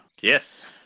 Yes